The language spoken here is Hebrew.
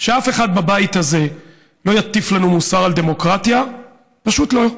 שאף אחד בבית הזה לא יטיף לנו מוסר על דמוקרטיה פשוט לא,